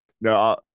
No